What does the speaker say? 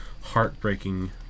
heartbreaking